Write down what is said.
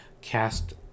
cast—